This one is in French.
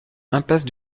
impasse